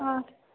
ಹಾಂ